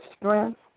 strength